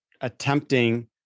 attempting